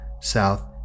south